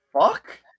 fuck